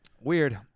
Weird